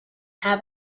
have